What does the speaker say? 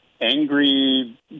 angry